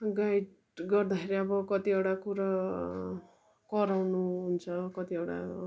guide गर्दाखेरि अब कतिवटा कुरो कराउनु हुन्छ कतिवटा